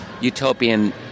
utopian